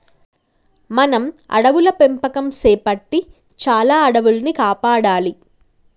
మనం అడవుల పెంపకం సేపట్టి చాలా అడవుల్ని కాపాడాలి